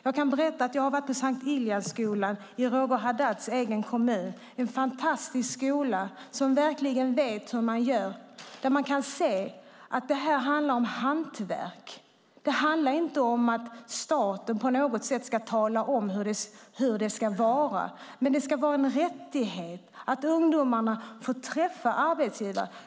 Jag kan berätta att jag har varit i S:t Ilians Skola i Roger Haddads egen hemkommun. Det är en fantastisk skola där man verkligen vet hur man gör. Där kan man se att det handlar om hantverk. Det handlar inte om att staten på något sätt ska tala hur det ska vara. Men det ska vara en rättighet för ungdomarna att träffa arbetsgivare.